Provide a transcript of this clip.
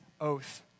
oath